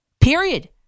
Period